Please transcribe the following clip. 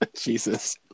Jesus